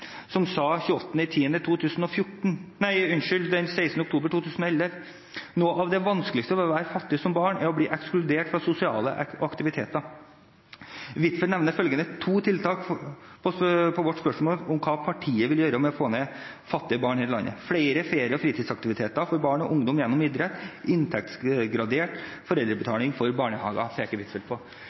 som 16. oktober 2011 sa: «Noe av det vanskeligste ved å være fattig som barn er å bli ekskludert fra sosiale aktiviteter.» Videre står det: «Huitfeldt nevner følgende to tiltak på vårt spørsmål om hva partiet vil gjøre for å få ned antallet fattige barn her i landet: * Flere ferie- og fritidsaktiviteter for barn og ungdom gjennom idrett *Inntektsgradert foreldrebetaling for barnehage Dette pekte Huitfeldt på.